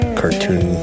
cartoon